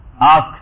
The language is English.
ask